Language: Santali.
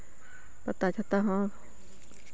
ᱯᱟᱛᱟᱼᱪᱷᱟᱛᱟ ᱦᱚᱸ